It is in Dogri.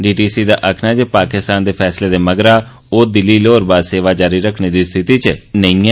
डीटीसी दा आक्खना ऐ जे पाकिस्तान दे फैसले दे मगरा ओ दिल्ली लाहौर बस सेवा जारी रक्खने दी स्थिति च नेंई ऐ